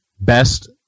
best